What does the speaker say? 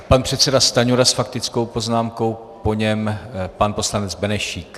Pan předseda Stanjura s faktickou poznámkou, po něm pan poslanec Benešík.